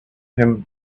him